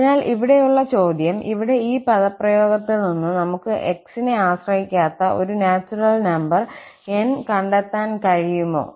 അതിനാൽ ഇവിടെയുള്ള ചോദ്യം ഇവിടെ ഈ പദപ്രയോഗത്തിൽ നിന്ന് നമുക്ക് 𝑥 നെ ആശ്രയിക്കാത്ത ഒരു നാച്ചുറൽ നമ്പർ 𝑁 കണ്ടെത്താൻ കഴിയുമോ